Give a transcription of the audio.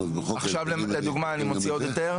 עכשיו לדוגמא אני מוציא עוד היתר,